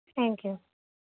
thank you